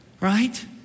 Right